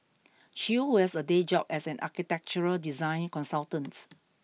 Chew was a day job as an architectural design consultants